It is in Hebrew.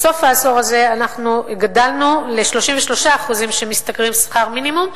בסוף העשור הזה גדלנו ל-33% שמשתכרים שכר מינימום,